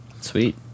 Sweet